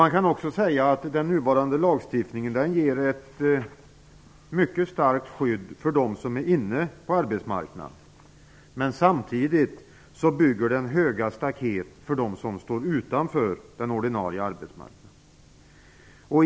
Man kan också säga att den nuvarande lagstiftningen ger ett mycket starkt skydd för dem som är inne på arbetsmarknaden, men samtidigt bygger den höga staket för dem som står utanför den ordinarie arbetsmarknaden.